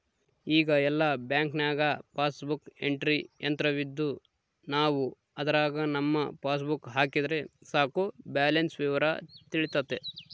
ಈಗ ಎಲ್ಲ ಬ್ಯಾಂಕ್ನಾಗ ಪಾಸ್ಬುಕ್ ಎಂಟ್ರಿ ಯಂತ್ರವಿದ್ದು ನಾವು ಅದರಾಗ ನಮ್ಮ ಪಾಸ್ಬುಕ್ ಹಾಕಿದರೆ ಸಾಕು ಬ್ಯಾಲೆನ್ಸ್ ವಿವರ ತಿಳಿತತೆ